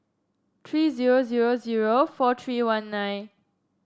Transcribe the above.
three zero zero zero four three one nine